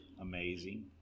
amazing